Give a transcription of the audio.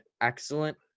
excellent